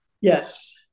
Yes